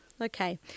Okay